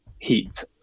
heat